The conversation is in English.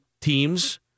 teams